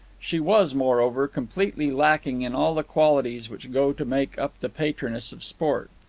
she was, moreover, completely lacking in all the qualities which go to make up the patroness of sport.